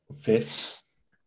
Fifth